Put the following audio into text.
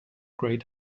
great